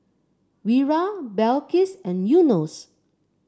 Wira Balqis and Yunos